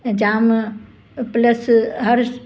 जामु प्लस हर